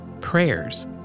Prayers